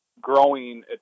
growing